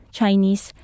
Chinese